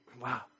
Wow